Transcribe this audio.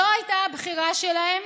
זאת הייתה הבחירה שלהם.